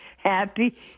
Happy